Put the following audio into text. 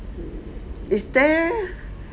is there